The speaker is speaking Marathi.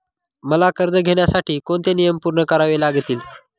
मला कर्ज घेण्यासाठी कोणते नियम पूर्ण करावे लागतील?